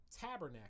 Tabernacle